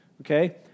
okay